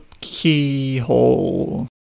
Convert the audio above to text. keyhole